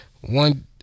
one